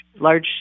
large